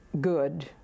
good